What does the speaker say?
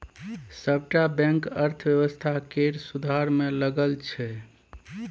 सबटा बैंक अर्थव्यवस्था केर सुधार मे लगल छै